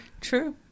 true